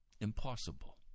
Impossible